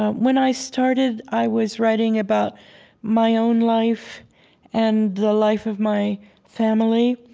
when i started, i was writing about my own life and the life of my family.